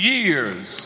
years